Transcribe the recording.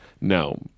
No